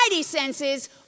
senses